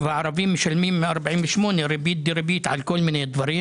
משלמים מ-1948 ריבית דריבית על כל מיני דברים